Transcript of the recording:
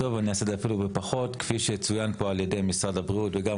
נעמה לזימי (יו"ר הוועדה המיוחדת לענייני צעירים): כן,